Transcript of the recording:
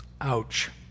Ouch